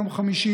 יום חמישי,